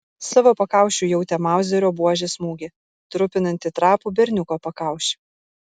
savo pakaušiu jautė mauzerio buožės smūgį trupinantį trapų berniuko pakaušį